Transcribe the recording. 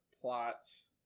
plots